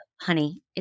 honey